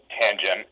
tangent